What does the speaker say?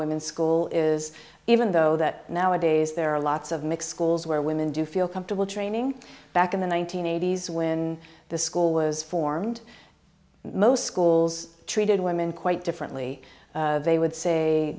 women's school is even though that nowadays there are lots of mixed schools where women do feel comfortable training back in the one nine hundred eighty s when the school was formed most schools treated women quite differently they would say